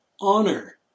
Honor